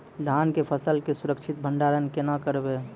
धान के फसल के सुरक्षित भंडारण केना करबै?